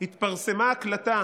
התפרסמה הקלטה